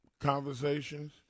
conversations